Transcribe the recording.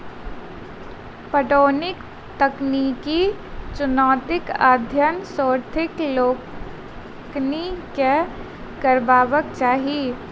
पटौनीक तकनीकी चुनौतीक अध्ययन शोधार्थी लोकनि के करबाक चाही